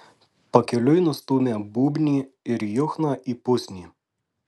pakeliui nustūmė būbnį ir juchną į pusnį